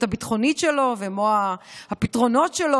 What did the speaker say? הביטחונית שלו ומה הפתרונות שלו,